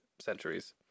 centuries